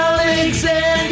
Alexander